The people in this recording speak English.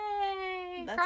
Yay